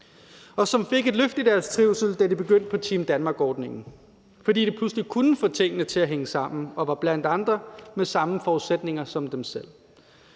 og som fik et løft i deres trivsel, da de begyndte på Team Danmark-ordningen, fordi de pludselig kunne få tingene til at hænge sammen og var blandt andre med samme forudsætninger som dem selv.